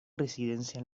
residencia